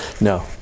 No